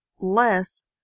less